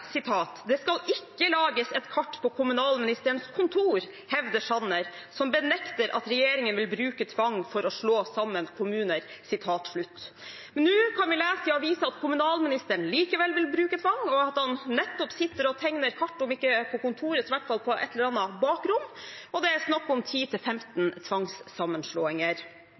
skal ikke lages et kart på kommunalministerens kontor, hevder Sanner, som benekter at regjeringen vil bruke tvang for å slå sammen kommuner.» Nå kan vi lese i avisen at kommunalministeren likevel vil bruke tvang, og at han nettopp sitter og tegner kart – om ikke på kontoret, så i hvert fall på et eller annet bakrom – og det er snakk om